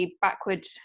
backward